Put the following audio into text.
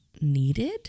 needed